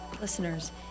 listeners